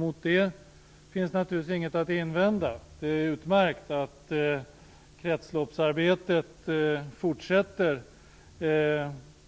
Mot detta finns det naturligtvis inget att invända. Det är utmärkt att kretsloppsarbetet fortsätter